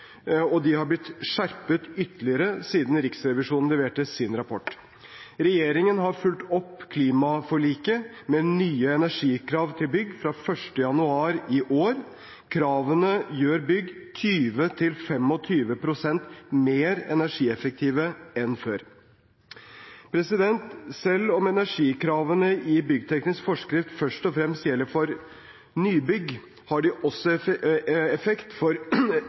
og de har blitt skjerpet ytterligere siden Riksrevisjonen leverte sin rapport. Regjeringen har fulgt opp klimaforliket med nye energikrav til bygg fra 1. januar i år. Kravene gjør bygg 20–25 pst. mer energieffektive enn før. Selv om energikravene i byggteknisk forskrift først og fremst gjelder for nybygg, har de også effekt for